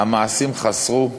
המעשים חסרו,